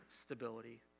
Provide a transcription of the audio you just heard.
stability